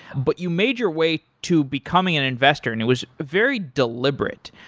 but you made your way to becoming an investor and it was very deliberate.